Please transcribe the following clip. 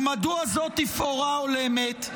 ומדוע זו תפאורה הולמת?